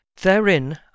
Therein